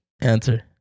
Answer